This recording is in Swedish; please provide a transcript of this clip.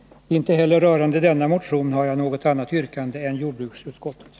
Inte heller rörande denna motion har jag något annat yrkande än jordbruksutskottets.